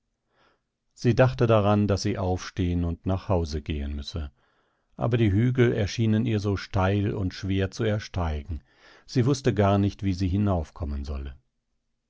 sie dachte daran daß sie aufstehen und nach hause gehen müsse aber die hügel erschienen ihr so steil und schwer zu ersteigen sie wußte gar nicht wie sie hinaufkommen solle